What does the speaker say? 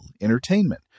entertainment